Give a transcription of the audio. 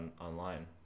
online